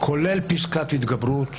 כולל פסקת התגברות.